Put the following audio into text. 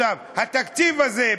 התקציב הזה,